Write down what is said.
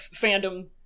fandom